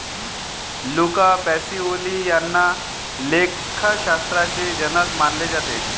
Luca Pacioli यांना लेखाशास्त्राचे जनक मानले जाते